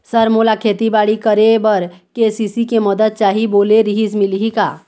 Sir मोला खेतीबाड़ी करेबर के.सी.सी के मंदत चाही बोले रीहिस मिलही का?